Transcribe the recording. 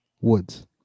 Woods